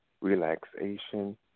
relaxation